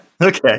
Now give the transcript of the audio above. Okay